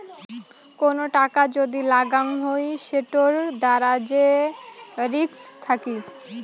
কোন টাকা যদি লাগাং হই সেটোর দ্বারা যে রিস্ক থাকি